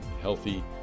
healthy